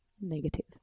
Negative